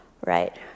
right